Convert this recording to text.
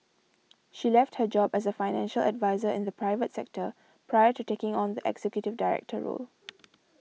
she left her job as a financial adviser in the private sector prior to taking on the executive director role